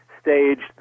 staged